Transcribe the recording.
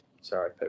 sorry